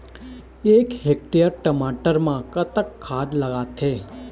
एक हेक्टेयर टमाटर म कतक खाद लागथे?